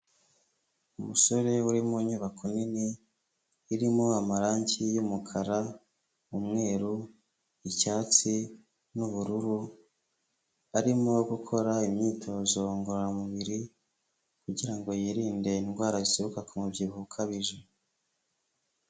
Umusore uri mu nyubako nini, irimo amarangi y'umukara, umweru, icyatsi, n'ubururu, arimo gukora imyitozo ngororamubiri, kugira ngo yirinde indwara zituruka ku mubyibuho ukabije.